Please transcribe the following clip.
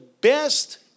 best